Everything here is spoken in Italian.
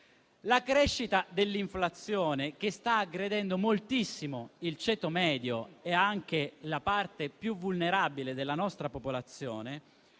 la crescita dell'inflazione, che sta aggredendo moltissimo il ceto medio e anche la parte più vulnerabile della nostra popolazione,